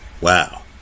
Wow